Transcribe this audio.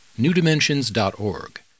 newdimensions.org